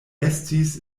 estis